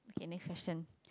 okay next question